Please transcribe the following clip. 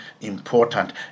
important